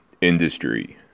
industry